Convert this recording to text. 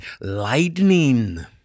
lightning